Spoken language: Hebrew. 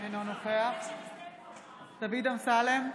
אינו נוכח דוד אמסלם,